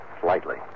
slightly